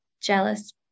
jealous